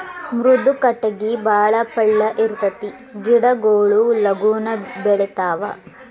ಮೃದು ಕಟಗಿ ಬಾಳ ಪಳ್ಳ ಇರತತಿ ಗಿಡಗೊಳು ಲಗುನ ಬೆಳಿತಾವ